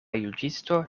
juĝisto